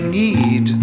need